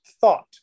thought